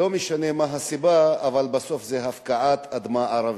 לא משנה מה הסיבה, בסוף זו הפקעת אדמה ערבית.